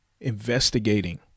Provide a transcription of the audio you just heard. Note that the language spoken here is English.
investigating